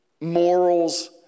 morals